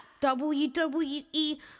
WWE